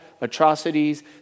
atrocities